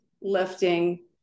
lifting